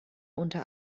unter